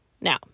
Now